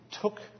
took